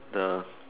the